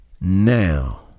now